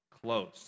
Close